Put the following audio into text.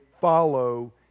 follow